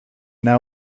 now